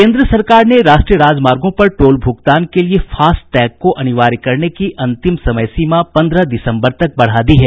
केन्द्र सरकार ने राष्ट्रीय राजमार्गों पर टोल भुगतान के लिए फास्ट टैग को अनिवार्य करने की अंतिम समय सीमा पन्द्रह दिसम्बर तक बढ़ा दी है